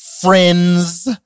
friends